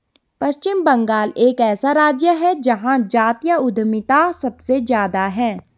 पश्चिम बंगाल एक ऐसा राज्य है जहां जातीय उद्यमिता सबसे ज्यादा हैं